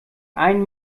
ein